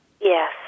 Yes